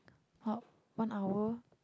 about one hour